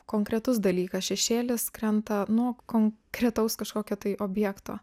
konkretus dalykas šešėlis krenta konkretaus kažkokio tai objekto